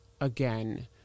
again